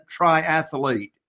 triathlete